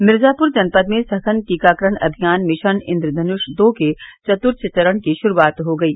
मिर्जापुर जनपद में सघन टीकाकरण अभियान मिशन इंद्रधनुष दो के चतुर्थ चरण की शुरूआत हो गयी